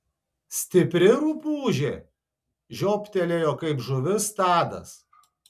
stipri rupūžė žiobtelėjo kaip žuvis tadas